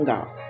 God